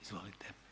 Izvolite.